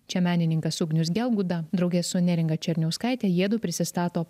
čia menininkas ugnius gelguda drauge su neringa černiauskaitė jiedu prisistato